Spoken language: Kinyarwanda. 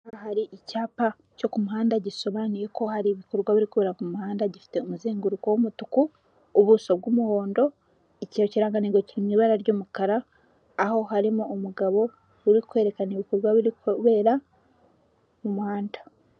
Aha hari icyapa cyo ku muhanda gisobanuye ko hari ibikorwa bikorera ku muhanda gifite umuzenguruko w'umutuku, ubuso bw'umuhondo, iki kirangantego kiri mu ibara ry'umukara aho harimo umugabo uri kwerekana ibikorwa biri kubera umuhanda.